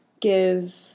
give